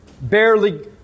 barely